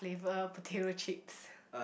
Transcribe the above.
flavour potato chips